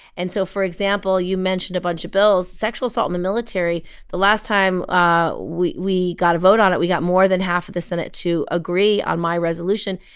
and so, for example, you mentioned a bunch of bills. sexual assault in the military the last time ah we we got a vote on it, we got more than half of the senate to agree on my resolution.